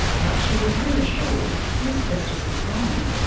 but she was reassured the asbestos was gone.